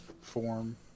form